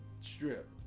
strip